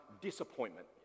disappointment